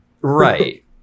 Right